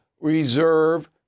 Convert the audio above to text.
reserve